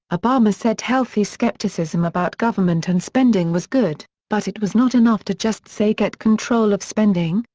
obama said healthy skepticism about government and spending was good, but it was not enough to just say get control of spending,